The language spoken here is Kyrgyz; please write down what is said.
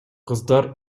кыздар